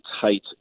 tight